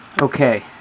Okay